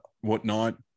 whatnot